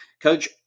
Coach